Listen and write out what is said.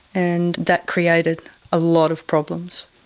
and that created a lot of problems.